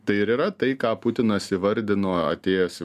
tai ir yra tai ką putinas įvardino atėjęs į